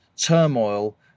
turmoil